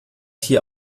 hier